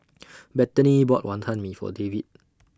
Bethany bought Wantan Mee For David